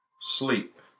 sleep